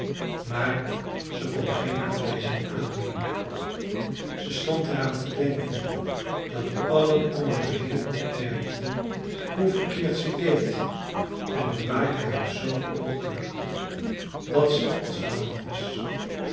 maar ze kon geen aanwijzing aannemen ze stond er aan te denken dat allen om haar heen opmerkten hoe verkeerd ze deed en dat maakte haar zoo ongelukkig dat ze als verlamd was